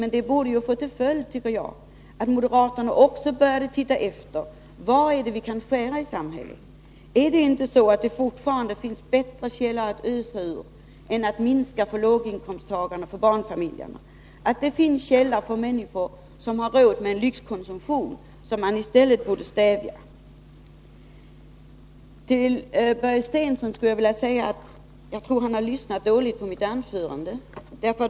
Men det borde ju få till följd att moderaterna också började titta efter var det är vi kan skära i samhället. Är det inte så att det fortfarande finns bättre källor att ösa ur än att minska för låginkomsttagarna och barnfamiljerna? Det finns ju människor som har råd med en lyxkonsumtion, som man i stället kunde stävja. Till Börje Stensson skulle jag vilja säga att jag tror han har lyssnat dåligt på mitt anförande.